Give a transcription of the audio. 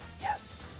Yes